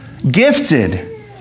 gifted